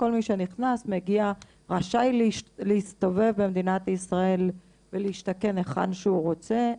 כל מי שנכנס ראשי להסתובב במדינת ישראל ולהשתכן היכן שהוא רוצה,